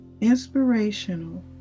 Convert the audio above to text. Inspirational